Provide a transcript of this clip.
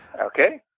Okay